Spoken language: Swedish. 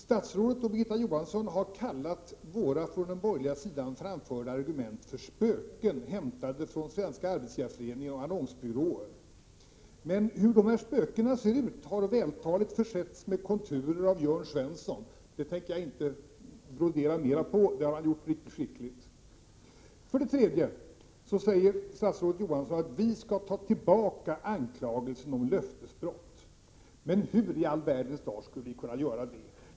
Statsrådet och Birgitta Johansson har kallat argumenten från den borgerliga sidan spöken hämtade från Svenska arbetsgivareföreningen och annonsbyråer. Men dessa spöken har Jörn Svensson vältaligt försett med konturer, och det har han gjort så skickligt att jag inte tänker brodera ut om detta. Statsrådet säger att vi skall ta tillbaka anklagelserna om löftesbrott. Men hur i all världen skulle vi kunna göra det?